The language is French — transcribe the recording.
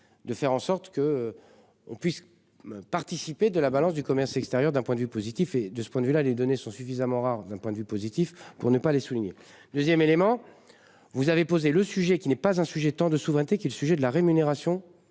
de faire en sorte que. On puisse. Participer de la balance du commerce extérieur d'un point de vue positif et de ce point de vue là, les données sont suffisamment rares d'un point de vue positif pour ne pas les soutenir 2ème élément. Vous avez posé le sujet qui n'est pas un sujet tant de souveraineté qui le sujet de la rémunération